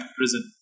prison